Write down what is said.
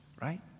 right